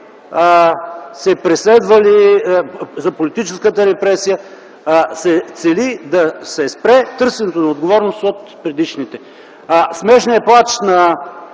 се преследвали, за политическата репресия, се цели да се спре търсенето на отговорност от предишните. Смешният плач на